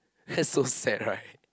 that's so sad right